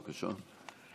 בבקשה.